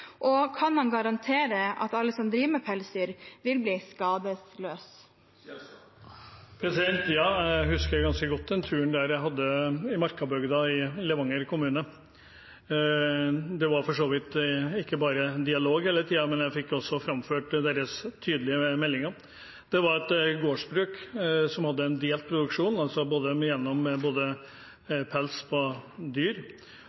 og kan han garantere at alle som driver med pelsdyr, vil bli skadesløse? Jeg husker ganske godt den turen i Markabygda i Levanger kommune. Det var for så vidt ikke bare dialog hele tiden, men jeg fikk også framført deres tydelige meldinger. Det var et gårdsbruk som hadde en delt produksjon, både